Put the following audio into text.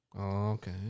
okay